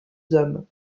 hommes